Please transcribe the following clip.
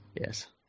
yes